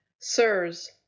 sirs